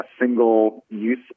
single-use